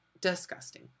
disgusting